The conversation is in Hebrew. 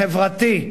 בחברתית,